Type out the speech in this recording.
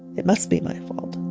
it must be my fault